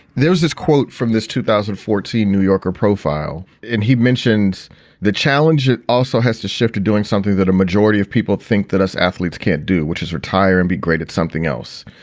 there was this quote from this two thousand and fourteen new yorker profile and he mentions the challenge. it also has to shift to doing something that a majority of people think that us athletes can't do, which is retire and be great at something else.